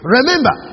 Remember